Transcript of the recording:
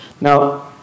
Now